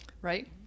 right